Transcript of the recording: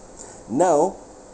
now